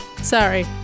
Sorry